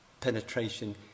penetration